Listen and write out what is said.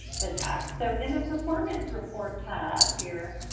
the tab. so in the performance report tab, here,